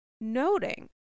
Noting